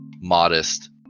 modest